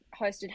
hosted